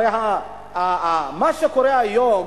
הרי מה שקורה היום